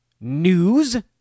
news